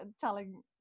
telling